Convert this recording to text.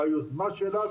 ביוזמה שלה,